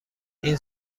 این